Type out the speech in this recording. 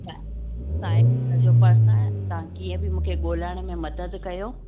हा साए कलर जो पर्स आहे तव्हां कीअं बि मूंखे ॻोल्हण में मदद कयो